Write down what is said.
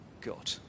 God